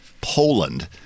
Poland